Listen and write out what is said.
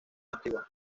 antigua